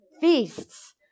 feasts